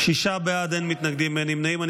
שישה בעד, אין מתנגדים, אין נמנעים.